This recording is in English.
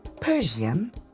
Persian